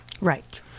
Right